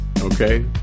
okay